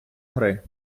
гри